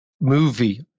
movie